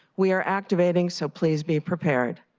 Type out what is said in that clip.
we are activating, so please be prepared.